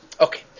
Okay